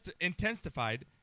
intensified